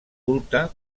culte